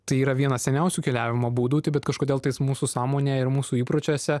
tai yra vienas seniausių keliavimo būdų bet kažkodėl tais mūsų sąmonėje ir mūsų įpročiuose